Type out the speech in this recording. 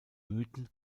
mythen